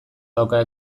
dauka